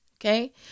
Okay